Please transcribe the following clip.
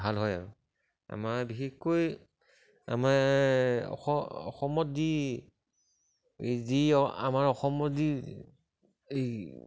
ভাল হয় আৰু আমাৰ বিশেষকৈ আমাৰ অসম অসমত যি যি আমাৰ অসমত যি এই